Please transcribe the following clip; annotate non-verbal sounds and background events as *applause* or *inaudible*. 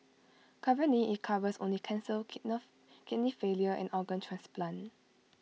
currently IT covers only cancer *unintelligible* kidney failure and organ transplant